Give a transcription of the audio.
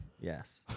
Yes